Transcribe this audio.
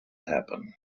happen